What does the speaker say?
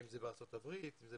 אם זה בארצות הברית, אם זה